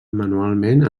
manualment